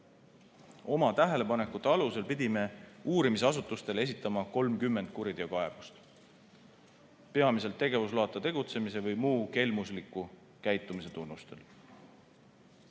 Oma tähelepanekute alusel pidime uurimisasutustele esitama 30 kuriteokaebust, peamiselt tegevusloata tegutsemise või muu kelmusliku käitumise tunnustel.